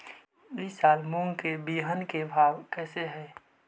ई साल मूंग के बिहन के भाव कैसे हई?